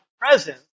presence